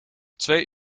twee